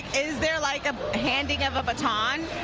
is there like ah a handing of a baton?